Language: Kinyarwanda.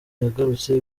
yagarutse